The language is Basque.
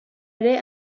ere